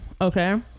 Okay